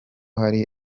hari